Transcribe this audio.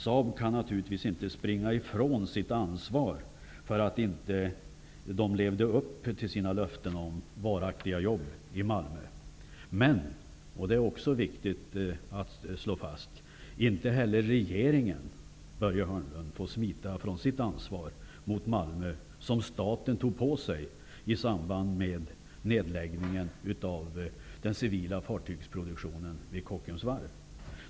Saab kan naturligtvis inte springa ifrån sitt ansvar för att man inte levde upp till löftena om varaktiga jobb i Men, och det är viktigt att slå fast, inte heller regeringen, Börje Hörnlund, får smita från sitt ansvar mot Malmö som staten tog på sig i samband med nedläggningen av den civila fartygsproduktionen vid Kockums Warf.